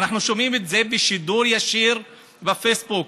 אנחנו שומעים את זה בשידור ישיר בפייסבוק.